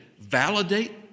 validate